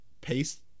paste